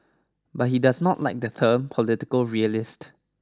but he does not like the term political realist